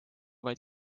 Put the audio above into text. vaid